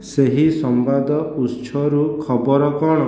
ସେହି ସମ୍ବାଦ ଉତ୍ସରୁ ଖବର କ'ଣ